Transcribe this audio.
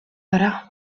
gara